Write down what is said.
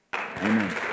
Amen